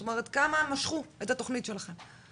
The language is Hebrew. זאת אומרת, כמה משכו את התוכנית שלכם.